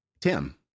Tim